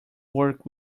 work